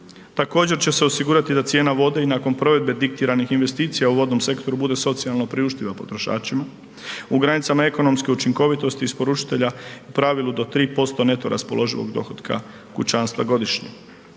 Također će se osigurati da cijena vode i nakon provedbe diktiranih investicija u vodnom sektoru bude socijalno priuštiva potrošačima u granicama ekonomske učinkovitosti isporučitelja u pravilu do 3% neto raspoloživog dohotka kućanstva godišnje.